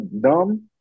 dumb